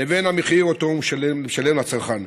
לבין המחיר שמשלם הצרכן.